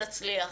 שנצליח.